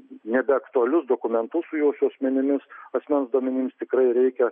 nebeaktualius dokumentus su jūsų asmenimis asmens duomenimis tikrai reikia